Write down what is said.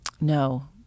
no